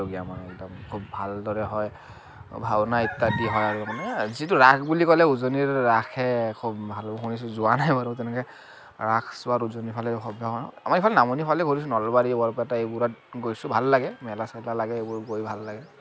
এদম খুব ভালদৰে হয় ভাওনা ইত্যাদি হয় আৰু মানে যিটো ৰাস বুলি ক'লে উজনিৰ ৰাসহে খুব ভাল শুনিছো যোৱা নাই বাৰু তেনেকে ৰাস চোৱাত উজনিৰ ফালে আমাৰ এইফালে নামনিৰ ফালে গৈছো নলবাৰী বৰপেটা এইবোৰত গৈছো ভাল লাগে মেলা চেলা লাগে এইবোৰ গৈ ভাল লাগে